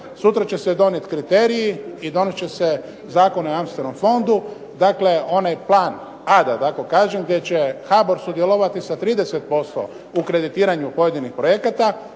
sutra će se donijeti kriteriji i donijet će se Zakon o jamstvenom fondu, dakle onaj plan "A" da tako kažem gdje će HBOR sudjelovati sa 30% u kreditiranju pojedinih projekata,